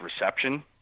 reception